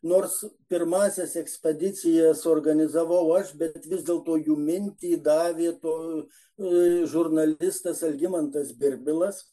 nors pirmąsias ekspedicijas organizavau aš bet vis dėlto jų mintį davė to žurnalistas algimantas birbilas